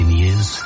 years